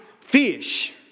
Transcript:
fish